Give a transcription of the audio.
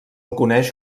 coneix